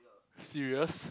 serious